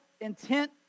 intent